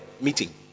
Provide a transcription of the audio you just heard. meeting